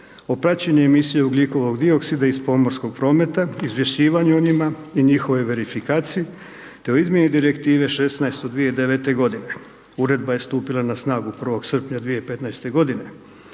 o praćenju emisija ugljikova dioksida iz pomorskog prometa, izvješćivanju o njima i njihovoj verifikaciji te o izmjeni Direktive 16 od 2009. g. Uredba je stupila na snagu 1. srpnja 2015. g.,